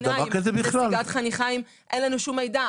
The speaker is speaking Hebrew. נסיגת חניכיים, אין לנו שום מידע.